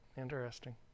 Interesting